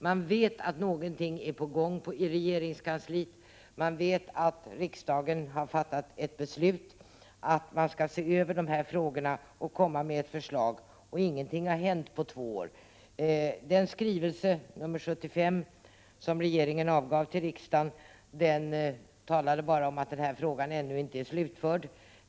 Man vet att någonting är på gång i regeringskansliet. Man vet att riksdagen har fattat ett beslut om att de här frågorna skall ses över och att det skall framläggas ett förslag, men ingenting har hänt på två år. I skrivelse nr 75, som regeringen avgav till riksdagen, talades bara om att denna fråga ännu inte är slutförd.